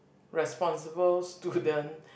responsible student